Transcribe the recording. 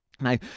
Now